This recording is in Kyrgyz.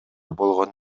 болгон